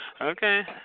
Okay